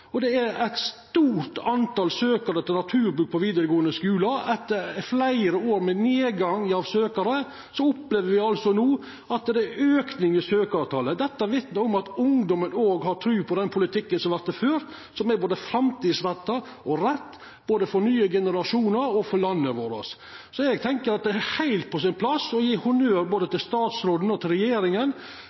til naturbruk på vidaregåande skular er stort. Etter fleire år med nedgang i talet på søkjarar opplever me altså no auke i søkjartalet. Dette vitnar om at ungdomen òg har tru på den politikken som vert ført, som er både framtidsretta og rett, både for nye generasjonar og for landet vårt. Eg tenkjer at det er heilt på sin plass å gje honnør både til statsråden og til regjeringa